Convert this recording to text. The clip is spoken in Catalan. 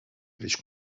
creix